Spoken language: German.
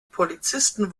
polizisten